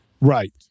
Right